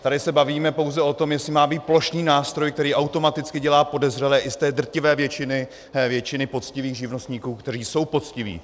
Tady se bavíme pouze o tom, jestli má být plošný nástroj, který automaticky dělá podezřelé i z té drtivé většiny poctivých živnostníků, kteří jsou poctiví.